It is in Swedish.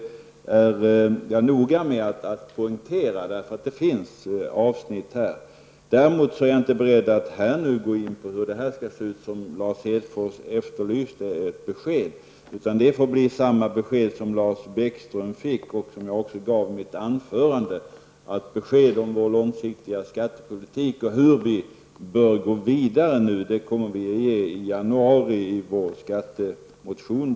Jag är noga med att poängtera det. Däremot är jag inte beredd att här gå in på hur det besked som Lars Hedfors efterlyste skall se ut. Det får bli samma påpekande som Lars Bäckström fick och som jag även gjorde i mitt anförande. Beskedet om vår långsiktiga skattepolitik och hur vi bör gå vidare kommer vi att ge i januari i vår skattemotion.